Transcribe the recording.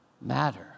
matter